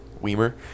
Weimer